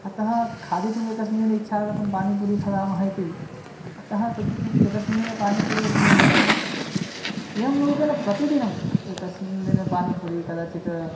अतः खादितुम् एकस्मिन् दिने इच्छा आगता पानीपूरी खादामः इति अतः तद् एकस्मिन् दिने पानीपूरि अपि निर्मितम् एवं रूपेण प्रतिदिनम् एकस्मिन् दिने पानीपूरि कदाचित्